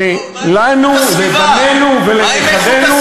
לנו, לבנינו ולנכדינו.